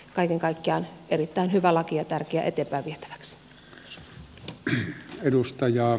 kaiken kaikkiaan erittäin hyvä laki ja tärkeä eteenpäin vietäväksi